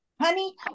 Honey